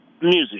music